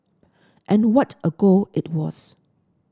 and what a goal it was